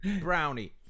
brownie